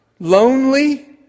Lonely